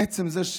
עצם זה,